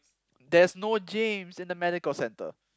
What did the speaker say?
there's no James in the medical centre